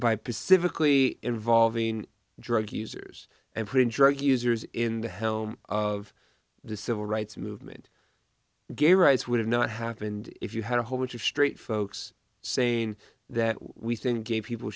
by pacifically involving drug users and print drug users in the helm of the civil rights movement gay rights would have not happened if you had a whole bunch of straight folks saying that we think gay people